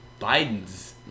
Biden's